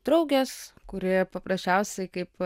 draugės kuri paprasčiausiai kaip